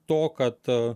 to kad